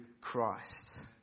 Christ